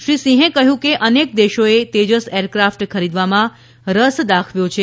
શ્રી સિંહે કહ્યું કે અનેક દેશોએ તેજસ એરક્રાફ્ટ ખરીદવામાં રસ દાખવ્યો છે